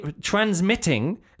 transmitting